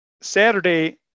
saturday